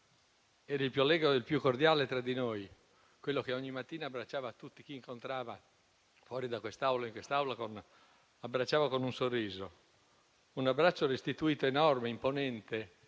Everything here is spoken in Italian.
Era il più allegro e il più cordiale tra di noi: era colui che ogni mattina abbracciava chi incontrava, fuori da quest'Aula e in quest'Aula, con un sorriso; un abbraccio restituito, enorme, imponente,